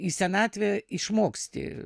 į senatvę išmoksti